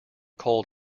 cold